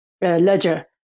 Ledger